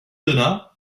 donna